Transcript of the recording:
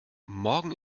morgen